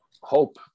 Hope